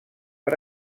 per